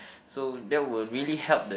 so that would really help the